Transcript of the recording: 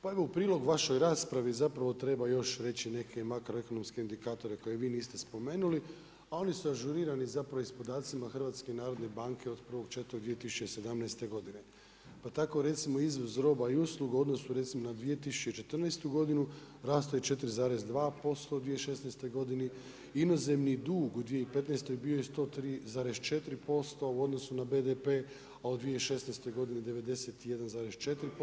Pa evo u prilog vašoj raspravi, zapravo treba još reći neke makroekonomske indikatore koje vi niste spomenuli, a oni su ažurirani zapravo iz podacima HNB-a od 01.04.2017. godine, pa tako recimo izvoz roba i usluga u odnosu recimo na 2014. godinu, rastao je 4,2% u 2016.godini, inozemni dug u 2015. bio je 103,4% u odnosu na BDP, a u 2016. godini 91,4%